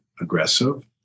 aggressive